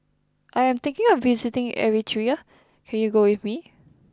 I am thinking of visiting Eritrea can you go with me